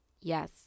yes